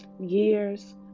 Years